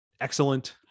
excellent